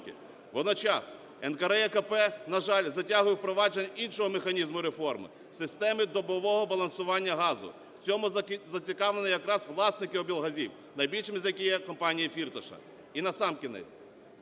Водночас НКРЕКП, на жаль, затягує впровадження іншого механізму реформи – систему добового балансування газу. В цьому зацікавлені якраз власники облгазів, найбільшими з яких є компанія Фірташа. І насамкінець…